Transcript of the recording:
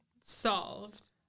Solved